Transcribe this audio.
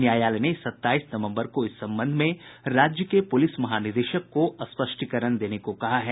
न्यायालय ने सताईस नवम्बर को इस संबंध में राज्य के पुलिस महानिदेशक को स्पष्टीकरण देने को कहा है